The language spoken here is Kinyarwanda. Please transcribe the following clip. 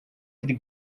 kuri